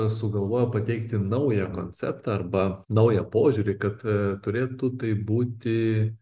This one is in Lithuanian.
sugalvojo pateikti naują konceptą arba naują požiūrį kad turėtų tai būti